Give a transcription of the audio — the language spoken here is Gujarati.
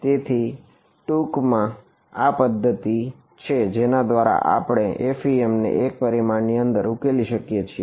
તેથી ટૂંકમાં આ તે પદ્ધતિ છે જેના દ્વારા આપણે આ એફઈએમ FEM ને એક પરિમાણ ની અંદર ઉકેલી શકીએ છીએ